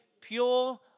pure